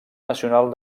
nacional